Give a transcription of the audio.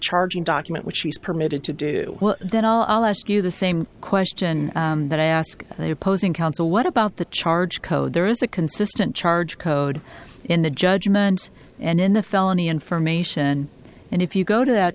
charging document which she's permitted to do then i'll ask you the same question that i ask the opposing counsel what about the charge code there is a consistent charge code in the judgments and in the felony information and if you go to that